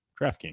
DraftKings